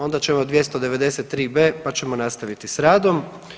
Onda ćemo 293.b pa ćemo nastaviti s radom.